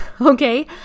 okay